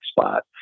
spot